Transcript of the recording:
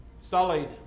sullied